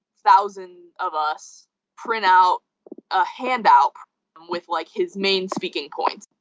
thousands of us print out a handout with like his main speaking points.